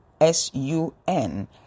S-U-N